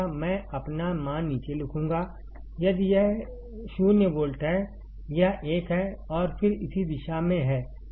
मैं अपना मान नीचे लिखूंगा यदि यह 0 वोल्ट है यह 1 है और फिर इसी दिशा में है